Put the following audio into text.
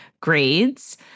grades